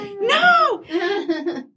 no